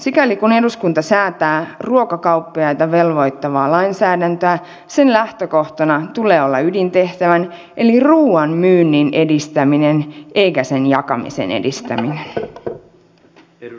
sikäli kuin eduskunta säätää ruokakauppiaita velvoittavaa lainsäädäntöä sen lähtökohtana tulee olla ydintehtävän eli ruuan myynnin edistäminen eikä sen jakamisen edistäminen